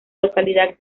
localidad